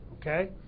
okay